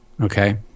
Okay